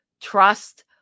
trust